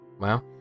Wow